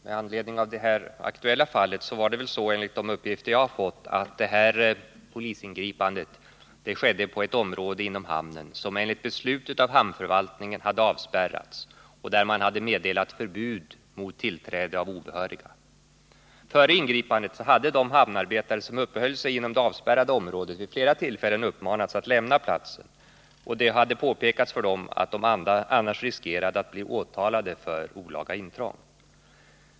Herr talman! Enligt de uppgifter som jag fått i det nu aktuella fallet skedde polisingripandet på ett område inom hamnen som enligt beslut av hamnförvaltningen hade avspärrats och där man hade meddelat förbud mot tillträde av obehöriga. Före ingripandet hade de hamnarbetare som uppehöll sig inom det avspärrade området vid flera tillfällen uppmanats att lämna platsen. Det Nr 167 hade påpekats för dem att de annars riskerade att bli åtalade för olaga intrång.